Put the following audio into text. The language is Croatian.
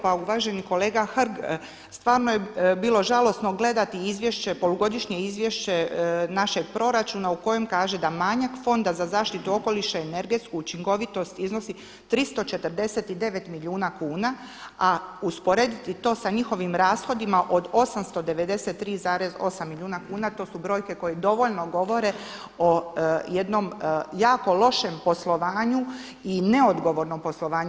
Pa uvaženi kolega Hrg, stvarno je bilo žalosno gledati izvješće, polugodišnje izvješće našeg proračuna u kojem kaže da manjak Fonda za zaštitu okoliša i energetsku učinkovitost iznosi 349 milijuna kuna a usporediti to sa njihovim rashodima od 893,8 milijuna kuna to su brojke koje dovoljno govore o jednom jako lošem poslovanju i neodgovornom poslovanju.